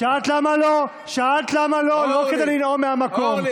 שאלת למה לא, לא כדי לנאום מהמקום.